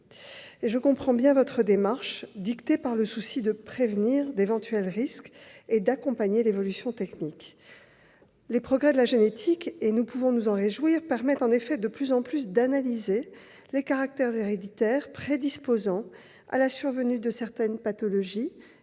Je comprends bien votre démarche, dictée par le souci de prévenir d'éventuels risques et d'accompagner l'évolution technique. Les progrès de la génétique- et nous pouvons nous en réjouir -permettent, en effet, de plus en plus d'analyser les caractères héréditaires prédisposant à la survenue de certaines pathologies,